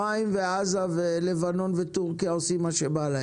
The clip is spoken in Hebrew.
במצרים ובעזה ובלבנון ובטורקיה עושים מה שבא להם.